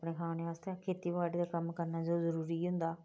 अपने खाने आस्तै खेती बाड़ी दा कम्म करना जरुरी होंदा